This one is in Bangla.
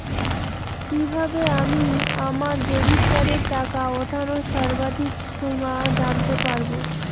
কিভাবে আমি আমার ডেবিট কার্ডের টাকা ওঠানোর সর্বাধিক সীমা জানতে পারব?